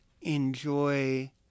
enjoy